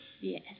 Yes